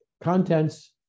contents